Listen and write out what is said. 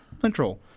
Control